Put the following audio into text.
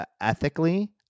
ethically